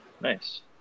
Nice